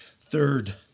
Third